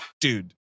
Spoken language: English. dude